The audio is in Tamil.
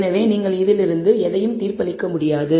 எனவே இதிலிருந்து நீங்கள் எதையும் தீர்ப்பளிக்க முடியாது